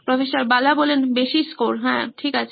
প্রফ্ বালা বেশি স্কোর ঠিক আছে